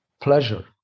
pleasure